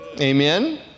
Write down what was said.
Amen